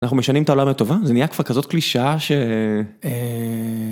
אנחנו משנים את העולם לטובה, זה נהיה כבר כזאת קלישה ש...